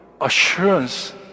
Assurance